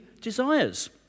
desires